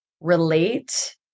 relate